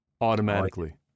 automatically